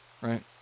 right